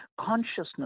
Consciousness